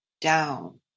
down